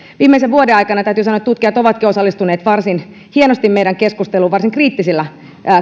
viimeisen vuoden aikana tutkijat ovatkin osallistuneet varsin hienosti meidän keskusteluumme varsin kriittisillä